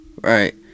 right